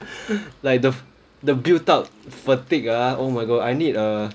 like the the built up fatigue uh oh my god I need a